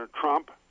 Trump